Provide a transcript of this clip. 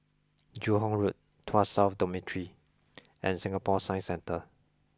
Joo Hong Road Tuas South Dormitory and Singapore Science Centre